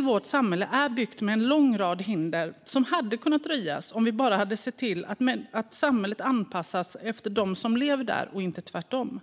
Vårt samhälle är byggt med en lång rad hinder som hade kunnat röjas om vi bara hade sett till att samhället anpassats efter dem som lever där och inte tvärtom.